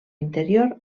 interior